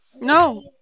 No